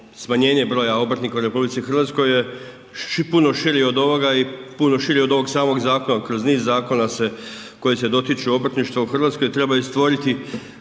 smanjenje broja obrtnika u RH je puno širi od ovoga i puno širi od ovog samog zakona. Kroz niz zakona se koji se dotiču obrtništva u Hrvatskoj trebaju stvoriti